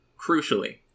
crucially